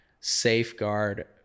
safeguard